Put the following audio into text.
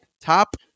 top